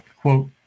quote